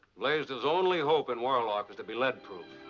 blaisdell's only hope in warlock is to be lead-proof.